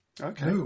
okay